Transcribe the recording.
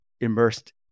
immersed